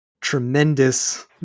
tremendous